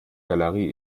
galerie